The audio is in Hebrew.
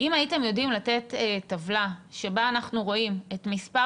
אם הייתם יודעים לתת טבלה שבה אנחנו רואים את מספר